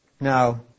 Now